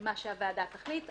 מה שהוועדה תחליט,